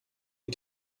wie